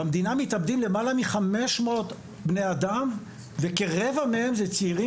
במדינה מתאבדים למעלה מ-500 בני אדם וכרבע מהם זה צעירים